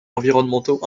environnementaux